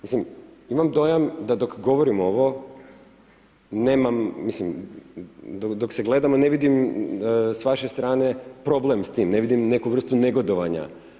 Mislim, imam dojam da dok govorim ovo nemam, mislim dok se gledamo ne vidim s vaše strane problem s tim, ne vidim neku vrstu negodovanja.